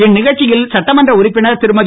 இந்நிகழ்ச்சியில் சட்டமன்ற உறுப்பினர் திருமதி